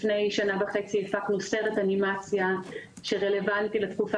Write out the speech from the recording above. לפני שנה וחצי הפקנו סרט אנימציה שרלוונטי לתקופה